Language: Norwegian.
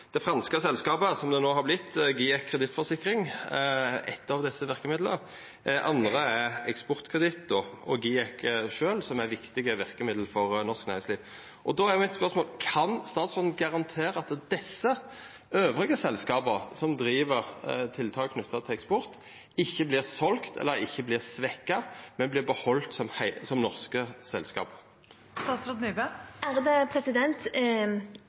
Det franske selskapet, som det no har vorte, GIEK Kredittforsikring, er eitt av desse verkemidla. Det andre er Eksportkreditt og GIEK sjølv, som er viktige verkemiddel for norsk næringsliv. Då er mitt spørsmål: Kan statsråden garantera at dei andre selskapa som driv tiltak knytte til eksport, ikkje vert selde, eller ikkje vert svekte, men at ein beheld dei som norske